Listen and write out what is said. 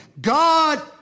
God